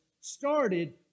started